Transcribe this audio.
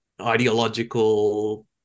ideological